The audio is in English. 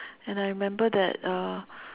and I remember that uh